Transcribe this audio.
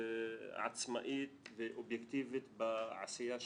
עצמאית ואובייקטיבית בעשייה שלה,